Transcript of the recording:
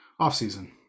offseason